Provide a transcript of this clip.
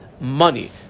money